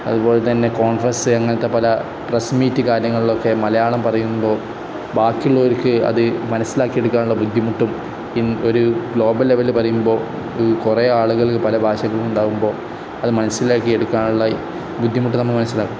അതുപോലെ തന്നെ കോൺഫ്രസ്സ് അങ്ങനത്തെ പല പ്രസ് മീറ്റ് കാര്യങ്ങളിലൊക്കെ മലയാളം പറയുമ്പോൾ ബാക്കിയുള്ളവർക്ക് അത് മനസ്സിലാക്കി എടുക്കാനുള്ള ബുദ്ധിമുട്ടും ഒരു ഗ്ലോബൽ ലെവല് പറയുമ്പോൾ കുറേ ആളുകൾക്ക് പല ഭാഷകളും ഉണ്ടാവുമ്പോൾ അത് മനസ്സിലാക്കി എടുക്കാനുള്ള ബുദ്ധിമുട്ട് നമ്മൾ മനസ്സിലാക്കും